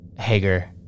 Hager